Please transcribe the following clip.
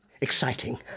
Exciting